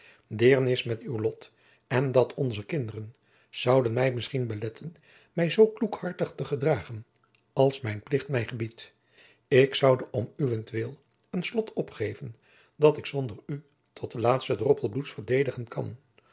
deernis met uw lot en dat onzer kinderen zouden mij misschien beletten mij zoo kloekhartig te gedragen als mijn plicht mij gebiedt ik zoude om uwentwil een slot opgeven dat ik zonder u tot den laatsten droppel bloeds verdedigen kan